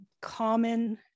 common